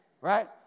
Right